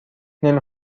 نمی